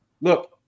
look